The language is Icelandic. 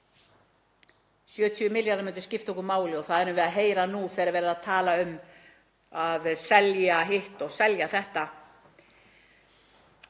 70 milljarðar myndu skipta okkur máli og það erum við að heyra nú þegar verið er að tala um að selja hitt og selja þetta.